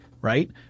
right